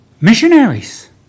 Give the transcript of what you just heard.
missionaries